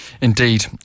Indeed